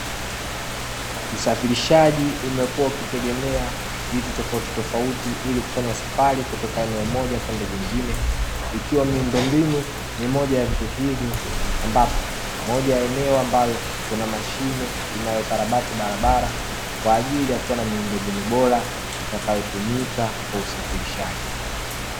Usafirishaji umekuwa ukitegemea vitu tofauti tofauti ili kufanya safari kutoka eneo moja kwenda jingine ikiwa miundombinu ni moja ya vitu hivyo ambapo moja ya eneo ambalo kuna mashine inayokarabati barabara kwa ajili ya kuwa na miundombinu bora itakayotumika kwa usafirishaji.